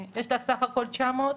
יש סך הכול 900?